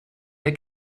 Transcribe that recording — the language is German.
der